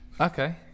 okay